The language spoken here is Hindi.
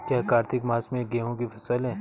क्या कार्तिक मास में गेहु की फ़सल है?